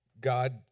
God